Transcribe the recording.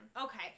Okay